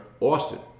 austin